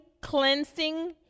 cleansing